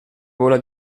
gola